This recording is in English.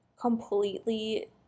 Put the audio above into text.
completely